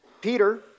Peter